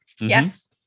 Yes